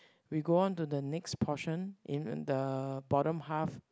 we go on to the next portion in the bottom half